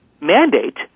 mandate